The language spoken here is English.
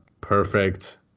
perfect